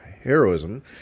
heroism